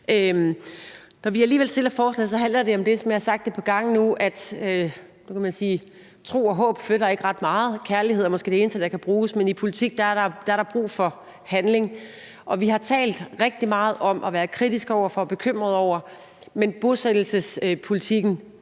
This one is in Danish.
Når vi alligevel fremsætter forslaget, handler det om det, som jeg har sagt et par gange nu. Nu kan man sige, at tro og håb ikke flytter ret meget; kærlighed er måske det eneste, der kan bruges. Men i politik er der brug for handling. Vi har talt rigtig meget om at være kritiske over for og bekymrede over bosættelsespolitikken,